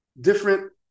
different